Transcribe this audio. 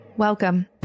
Welcome